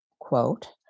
quote